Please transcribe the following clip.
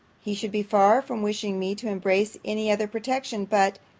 he should be far from wishing me to embrace any other protection, but,